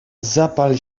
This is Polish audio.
zapal